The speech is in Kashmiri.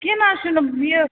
کینٛہہ نہ حظ چھُ نہٕ یہِ